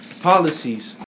policies